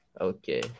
Okay